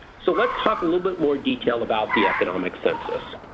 so let's talk a little bit more detail about the economic census.